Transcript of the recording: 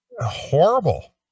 Horrible